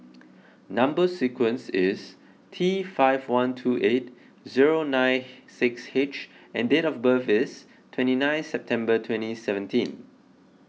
Number Sequence is T five one two eight zero nine six H and date of birth is twenty nine September twenty seventeen